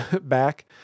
back